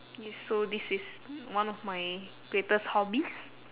yes so this is one of my greatest hobby